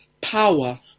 power